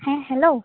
ᱦᱮᱸ ᱦᱮᱞᱳ